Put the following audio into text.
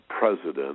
president